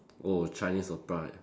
oh Chinese opera